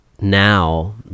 now